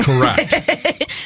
Correct